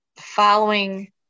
following